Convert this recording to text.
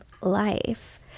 life